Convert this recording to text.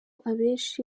abenshi